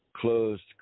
Closed